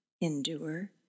endure